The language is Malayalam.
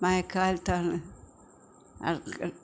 മഴക്കാലത്താണ്